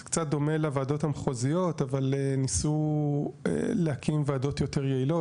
זה קצת דומה לוועדות המחוזיות אבל ניסו להקים ועדות יותר יעילות,